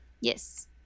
Yes